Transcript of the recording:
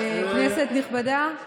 כנסת נכבדה.